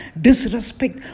disrespect